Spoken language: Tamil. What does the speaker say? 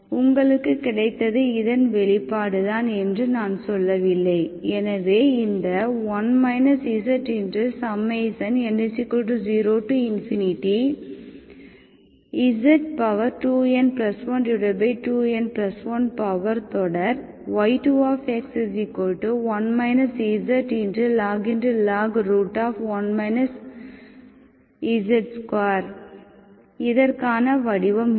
உங்களுக்கு கிடைத்தது இதன் வெளிப்பாடு தான் என்று நான் சொல்லவில்லை எனவே இந்த 1 zn0z2n12n1 பவர் தொடர் y2 இதற்கான வடிவம் இல்லை